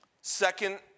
second